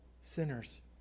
sinners